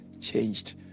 changed